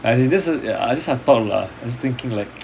as in this these are thought lah I just thinking like